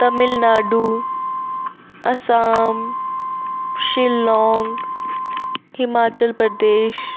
Tamil Nadu Assam Shillong Himachal Pradesh